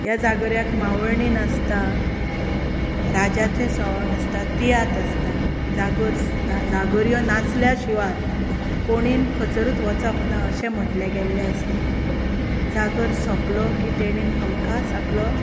ह्या जागोराक मावोळणी आसता राजाचें सवंग आसता तियात्र आसता जागोर ह्यो नाचल्या शिवाय कोणी खचरच वचप ना अशें म्हणलें गेल्लें आसता जागोर सोंपलो की तांणी हमखास आपलो